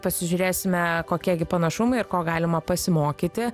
pasižiūrėsime kokie gi panašumai ir ko galima pasimokyti